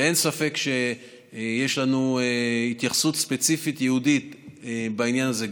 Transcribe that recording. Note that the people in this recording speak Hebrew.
אין ספק שיש לנו התייחסות ספציפית ייעודית בעניין הזה,